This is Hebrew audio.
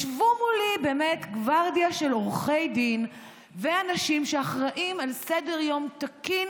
ישבו מולי באמת גוורדיה של עורכי דין ואנשים שאחראים לסדר-יום תקין